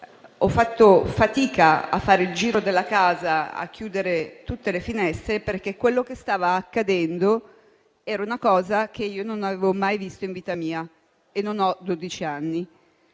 ho fatto fatica a fare il giro della casa per chiudere tutte le finestre, perché stava accadendo qualcosa che io non avevo mai visto in vita mia e non ho dodici